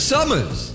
Summers